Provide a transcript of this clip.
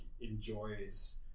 enjoys